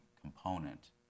component